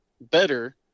better